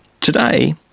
Today